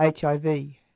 HIV